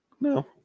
No